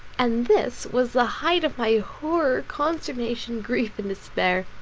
and this was the height of my horror, consternation, grief, and despair.